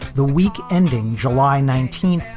the week ending july nineteenth,